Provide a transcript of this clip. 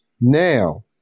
Now